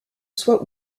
soit